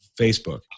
Facebook